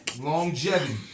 Longevity